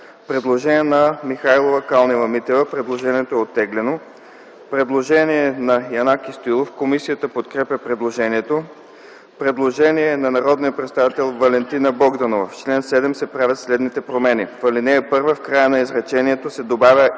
Предложение на Михайлова и Калнева-Митева. Предложението е оттеглено. Предложение на Янаки Стоилов. Комисията подкрепя предложението. Предложение на народния представител Валентина Богданова: „В чл. 7 се правят следните промени: 1. В ал. 1 в края на изречението се добавя